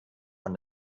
von